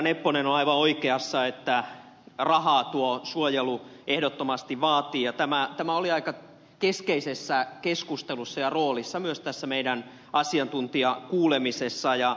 nepponen on aivan oikeassa siinä että rahaa tuo suojelu ehdottomasti vaatii ja tämä oli aika keskeisessä roolissa keskustelussa myös tässä meidän asiantuntijakuulemisessamme